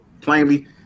plainly